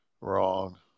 Wrong